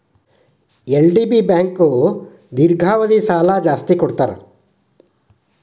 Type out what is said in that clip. LDB bank long term loan ಜಾಸ್ತಿ ಕೊಡ್ತಾರ